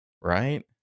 right